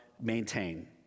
maintain